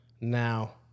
now